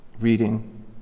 reading